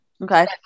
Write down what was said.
Okay